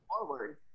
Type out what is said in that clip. forward